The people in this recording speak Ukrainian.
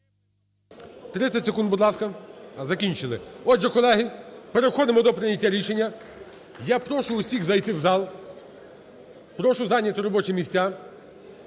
30 секунд, будь ласка. Закінчили. Отже, колеги, переходимо до прийняття рішення. Я прошу всіх зайти в зал, прошу зайняти робочі місця.